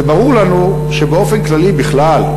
זה ברור לנו שבאופן כללי בכלל,